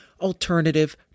alternative